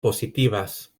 positivas